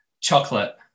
Chocolate